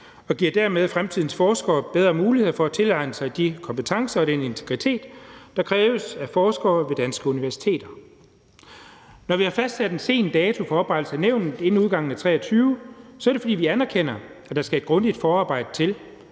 og giver dermed fremtidens forskere bedre mulighed for at tilegne sig de kompetencer og den integritet, der kræves af forskere ved danske universiteter. Når vi har fastsat en sen dato for oprettelsen af nævnet – inden udgangen af 2023 – så er det, fordi vi anerkender, at der skal et grundigt forarbejde til,